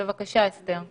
בבקשה, אסתר.